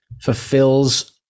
fulfills